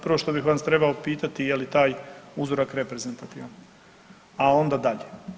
Prvo što bih vas trebao pitati je li taj uzorak reprezentativan, a onda dalje.